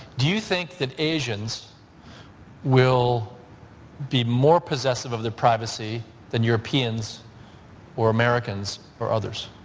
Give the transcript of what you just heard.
do you think that asians will be more possessive of their privacy than europeans or americans or others?